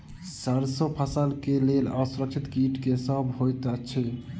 सैरसो फसल केँ लेल असुरक्षित कीट केँ सब होइत अछि?